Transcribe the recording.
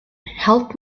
help